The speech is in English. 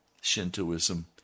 Shintoism